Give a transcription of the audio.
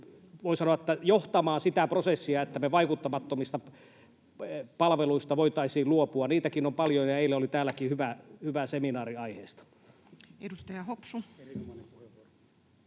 voi sanoa, johtamaan sitä prosessia, että me vaikuttamattomista palveluista voitaisiin luopua? Niitäkin on paljon, ja eilen oli täälläkin hyvä seminaari aiheesta. Edustaja Hopsu.